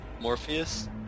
Morpheus